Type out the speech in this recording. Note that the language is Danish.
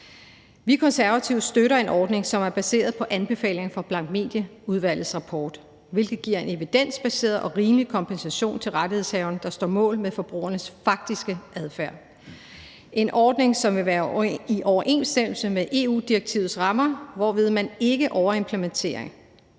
i Konservative støtter en ordning, som er baseret på anbefalingerne fra blankmedieudvalgets rapport, hvilket giver en evidensbaseret og rimelig kompensation til rettighedshaverne, der står mål med forbrugernes faktiske adfærd – en ordning, som vil være i overensstemmelse med EU-direktivets rammer, hvorved man ikke overimplementerer.